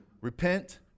Repent